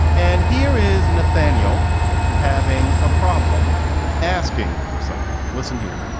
and here is nathaniel having a problem asking for something. listen here